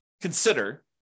consider